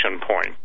point